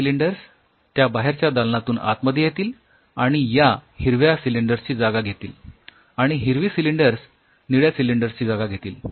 ते सिलिंडर्स त्या बाहेरच्या दालनातून आतमध्ये येतील आणि या हिरव्या सिलिंडर्स ची जागा घेतील आणि हिरवी सिलिंडर्स निळ्या सिलिंडर्स ची जागा घेतील